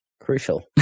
Crucial